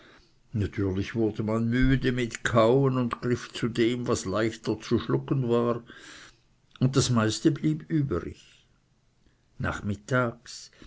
natürlich wurde man müde mit kauen und griff zu dem was leichter zu schlucken war und das meiste blieb übrig nachmittags